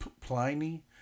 Pliny